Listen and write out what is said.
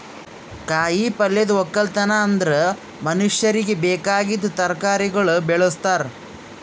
ಕಾಯಿ ಪಲ್ಯದ್ ಒಕ್ಕಲತನ ಅಂದುರ್ ಮನುಷ್ಯರಿಗಿ ಬೇಕಾಗಿದ್ ತರಕಾರಿಗೊಳ್ ಬೆಳುಸ್ತಾರ್